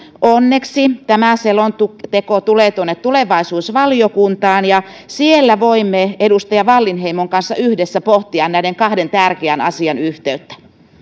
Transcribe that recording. onneksi selonteko tulee tulevaisuusvaliokuntaan ja siellä voimme edustaja wallinheimon kanssa yhdessä pohtia näiden kahden tärkeän asian yhteyttä